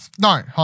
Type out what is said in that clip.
no